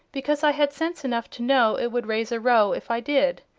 because i had sense enough to know it would raise a row if i did.